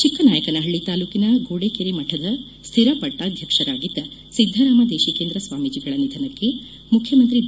ಚಿಕ್ಕನಾಯಕನಹಳ್ಳಿ ತಾಲೂಕಿನ ಗೋಡೆಕೆರೆ ಮಠದ ಸ್ವಿರ ಪಟ್ಟಾಧ್ಯಕ್ಷರಾಗಿದ್ದ ಸಿದ್ದರಾಮದೇಶಿಕೇಂದ್ರ ಸ್ವಾಮೀಜಿಗಳ ನಿಧನಕ್ಕೆ ಮುಖ್ಯಮಂತ್ರಿ ಬಿ